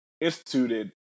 instituted